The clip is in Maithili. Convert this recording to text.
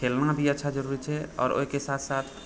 खेलना भी अच्छा जरुरी छै आओर ओहिके साथ साथ